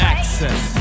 Access